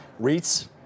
REITs